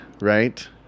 right